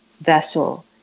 vessel